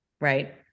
Right